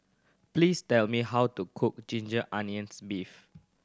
please tell me how to cook ginger onions beef